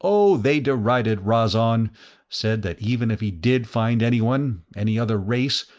oh, they derided rhazon said that even if he did find anyone, any other race,